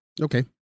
okay